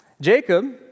Jacob